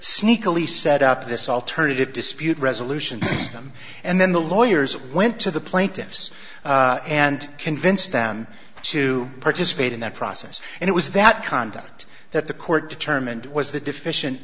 sneakily set up this alternative dispute resolution them and then the lawyers went to the plaintiffs and convinced them to participate in that process and it was that conduct that the court determined was the deficient